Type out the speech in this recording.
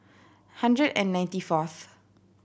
hundred and ninety fourth